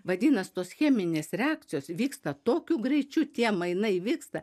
vadinasi tos cheminės reakcijos vyksta tokiu greičiu tie mainai vyksta